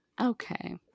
Okay